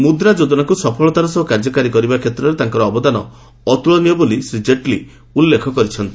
ମୁଦ୍ରା ଯୋଜନାକୁ ସଫଳତା ସହ କାର୍ଯ୍ୟକାରୀ କରିବା କ୍ଷେତ୍ରରେ ତାଙ୍କର ଅବଦାନ ଅତ୍କଳନୀୟ ବୋଲି ଶ୍ରୀ ଜେଟଲୀ ଉଲ୍ଲେଖ କରିଛନ୍ତି